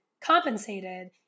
compensated